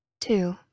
Two